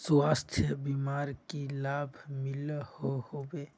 स्वास्थ्य बीमार की की लाभ मिलोहो होबे?